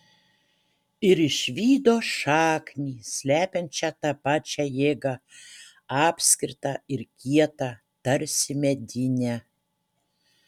ir išvydo šaknį slepiančią tą pačią jėgą apskritą ir kietą tarsi medinę